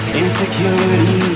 insecurity